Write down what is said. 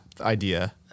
idea